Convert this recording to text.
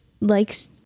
likes